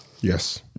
Yes